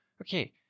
okay